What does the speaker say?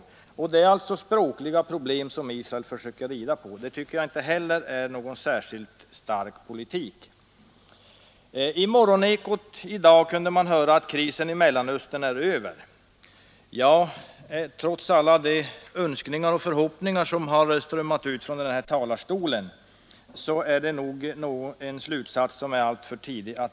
Israel försöker att så här rida på språkliga problem, och det tycker jag inte är någon särskilt stark politik. I morgonekot i dag kunde man höra att krisen i Mellanöstern är över, men trots alla de önskningar och förhoppningar som har strömmat ut från denna talarstol är det nog en slutsats som är för tidigt dragen.